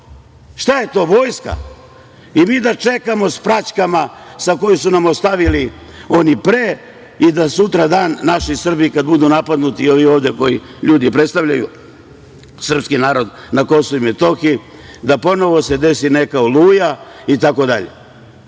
Šta je to, vojska? I mi da čekamo s praćkama koje su nam ostavili oni pre i da sutradan naši Srbi kada budu napadnuti i ovi ovde ljudi koji predstavljaju srpski narod na Kosovu i Metohiji, da se ponovo desi neka „Oluja“ itd. To ne